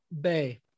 bay